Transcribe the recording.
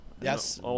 Yes